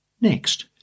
Next